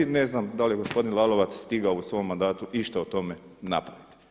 Ne znam da li je gospodin Lalovac stigao u svom mandatu išta o tome napraviti.